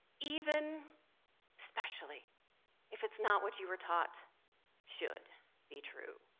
even especially if it's not what you were taught should be true.